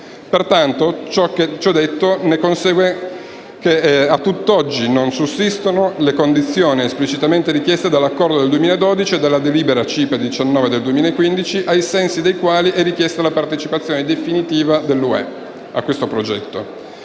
dell'Unione. Ciò detto, ne consegue che a tutt'oggi non sussistono le condizioni esplicitamente richieste dall'Accordo del 2012 e dalla delibera CIPE 19/2015, ai sensi dei quali è richiesta partecipazione definitiva dell'UE a questo progetto.